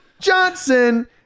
Johnson